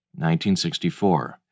1964